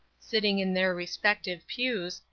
sitting in their respective pews,